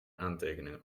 aantekenen